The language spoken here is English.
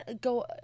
go